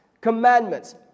commandments